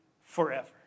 forever